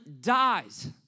dies